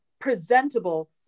presentable